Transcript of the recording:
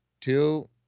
two